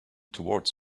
towards